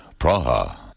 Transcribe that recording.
Praha